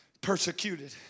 Persecuted